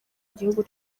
gihugu